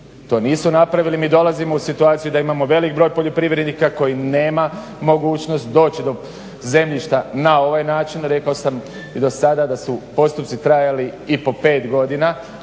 To nisu napravili. Mi dolazimo u situaciju da imamo veliki broj poljoprivrednika koji nema mogućnost doći do zemljišta na ovaj način, rekao sam i do sada da su postupci trajali i po pet godina,